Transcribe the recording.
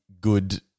good